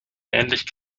ähnlich